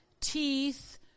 teeth